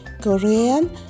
Korean